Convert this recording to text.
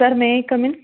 sir may I come in